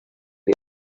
the